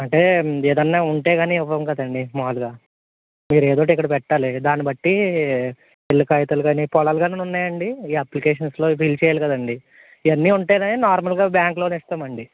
అంటే ఏదన్నా ఉంటే కానీ ఇవ్వం కదండి మామూలుగా మీరు ఏది ఒకటి ఇక్కడ పెట్టాలి దాన్ని బట్టి ఇల్లు కాగితాలు కానీ పొలాలు కానీ ఉన్నాయండి ఈ అప్లికేషన్స్లో ఫిల్ చేయాలి కదండి ఇయన్నీ ఉంటేనే నార్మల్గా బ్యాంక్ లోన్ ఇస్తాం అండి